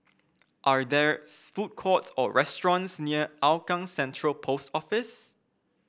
are there's food courts or restaurants near Hougang Central Post Office